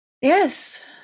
Yes